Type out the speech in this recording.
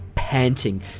Panting